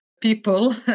people